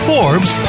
Forbes